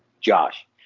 Josh